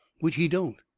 which he don't.